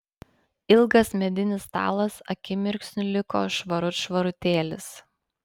ilgas medinis stalas akimirksniu liko švarut švarutėlis